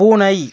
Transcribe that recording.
பூனை